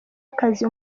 akazi